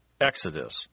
Exodus